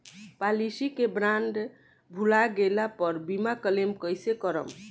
Policy के bond भुला गैला पर बीमा क्लेम कईसे करम?